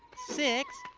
six,